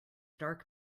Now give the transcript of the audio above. dark